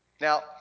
Now